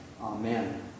Amen